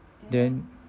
then